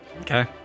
Okay